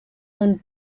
owned